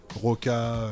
Roca